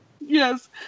Yes